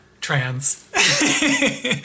trans